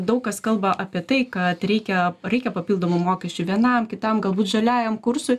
daug kas kalba apie tai kad reikia reikia papildomų mokesčių vienam kitam galbūt žaliajam kursui